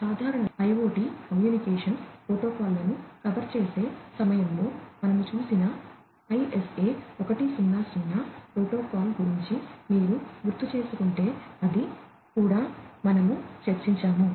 సాధారణ IoT communication ప్రోటోకాల్లను cover చేసే సమయంలో మనము చూసిన ISA 100 ప్రోటోకాల్ గురించి మీరు గుర్తుచేసుకుంటేఅది కూడా మనము చర్చించాము